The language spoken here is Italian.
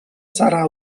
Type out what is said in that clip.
sarà